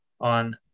on